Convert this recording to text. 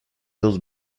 dos